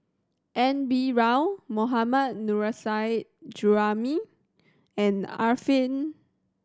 N B Rao Mohammad Nurrasyid Juraimi and Arifin